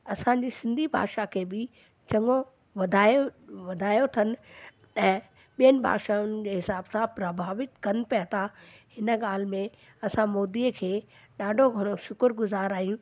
असांजी सिंधी भाषा खे बि चङो वधाये वधायो अथन ऐं ॿियनि भाषाऊनि जे हिसाब सां प्रभावित कनि पिया था हिन ॻाल्हि में असां मोदीअ खे ॾाढो बरो शुकर गुज़ार आहियूं